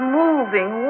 moving